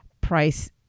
price